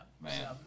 Man